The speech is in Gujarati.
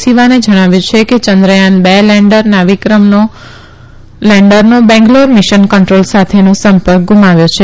સિવાને જણાવ્યું છે કે યંદ્રયાન ર ના લેન્ડર વિક્રમનો બેંગ્લોર મિશન કંદ્રોલ સાથેનો સંપર્ક ગુમાવ્યો છે